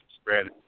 spread